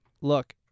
look